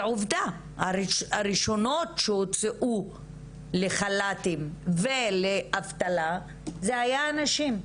ועובדה: הראשונות שהוצאו לחל"ת ולאבטלה היו הנשים.